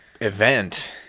event